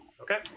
okay